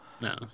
No